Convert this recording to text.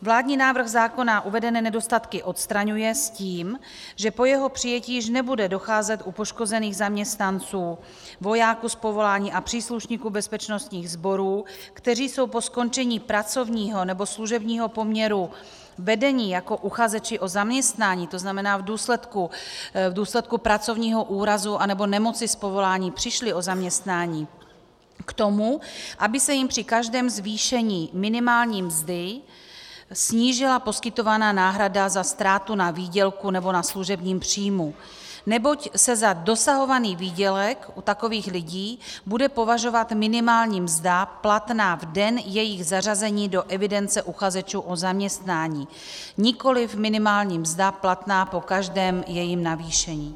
Vládní návrh zákona uvedené nedostatky odstraňuje s tím, že po jeho přijetí již nebude docházet u poškozených zaměstnanců, vojáků z povolání a příslušníků bezpečnostních sborů, kteří jsou po skončení pracovního nebo služebního poměru vedeni jako uchazeči o zaměstnání, to znamená že v důsledku pracovního úrazu nebo nemoci z povolání přišli o zaměstnání, k tomu, aby se jim při každém zvýšení minimální mzdy snížila poskytovaná náhradu za ztrátu na výdělku nebo na služebním příjmu, neboť se za dosahovaný výdělek u takových lidí bude považovat minimální mzda platná v den jejich zařazení do evidence uchazečů o zaměstnání, nikoliv minimální mzda platná po každém jejím navýšení.